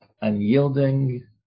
unyielding